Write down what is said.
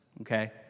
okay